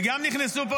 וגם נכנסו לפה,